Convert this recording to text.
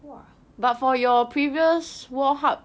!wah!